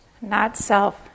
Not-self